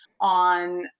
on